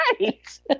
Right